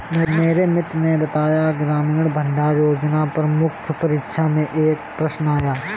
मेरे मित्र ने बताया ग्रामीण भंडारण योजना पर मुख्य परीक्षा में एक प्रश्न आया